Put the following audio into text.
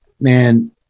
man